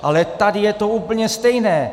Ale tady je to úplně stejné.